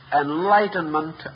enlightenment